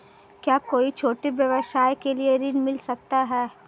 क्या कोई छोटे व्यवसाय के लिए ऋण मिल सकता है?